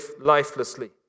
lifelessly